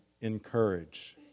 encourage